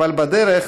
אבל בדרך